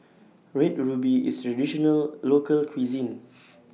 Red Ruby IS Traditional Local Cuisine